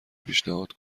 پیشنهاد